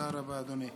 תודה רבה, אדוני.